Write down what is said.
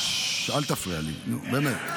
אל תפריע לי, נו, באמת.